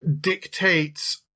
dictates